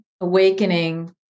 awakening